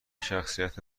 شخصیت